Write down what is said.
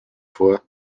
vor